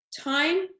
time